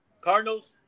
Cardinals